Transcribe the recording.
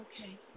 Okay